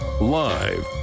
Live